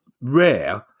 rare